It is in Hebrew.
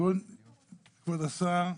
כבוד השר,